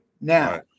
Now